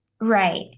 Right